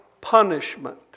punishment